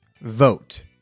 vote